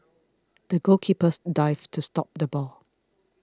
the goalkeeper dived to stop the ball